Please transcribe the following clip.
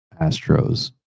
Astros